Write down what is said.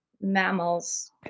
mammals